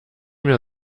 mir